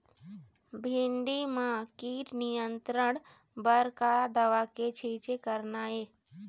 भिंडी म कीट नियंत्रण बर का दवा के छींचे करना ये?